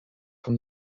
from